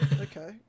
Okay